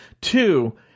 Two